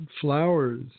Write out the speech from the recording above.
flowers